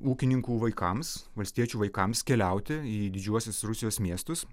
ūkininkų vaikams valstiečių vaikams keliauti į didžiuosius rusijos miestus